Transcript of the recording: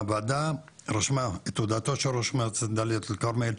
הוועדה רשמה את הודעתו של ראש מועצת דאלית אל כרמל,